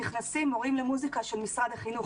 נכנסים מורים למוסיקה של משרד החינוך,